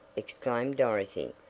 exclaimed dorothy,